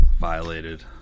Violated